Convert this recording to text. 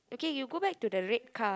okay you go back to the red car